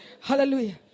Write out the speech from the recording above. Hallelujah